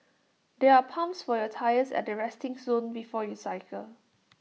there are pumps for your tyres at the resting zone before you cycle